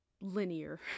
linear